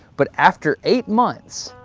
but after eight months,